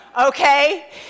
okay